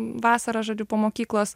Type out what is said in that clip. vasarą žodžiu po mokyklos